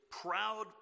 proud